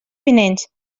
vinents